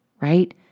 right